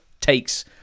takes